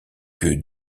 que